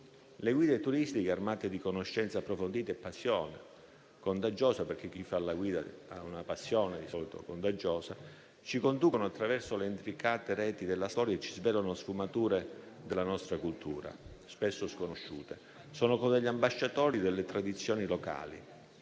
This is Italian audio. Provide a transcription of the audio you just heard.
Le guide turistiche, armate di conoscenze approfondite e passione contagiosa (perché tale è di solito la passione di chi fa la guida) ci conducono attraverso le intricate reti della storia e ci svelano sfumature della nostra cultura spesso sconosciute. Sono come ambasciatori delle tradizioni locali,